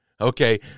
okay